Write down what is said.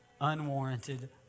Unwarranted